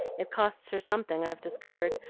it costs her something, i've discovered,